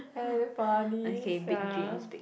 hey damn funny sia